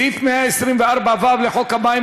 סעיף 124ו לחוק המים,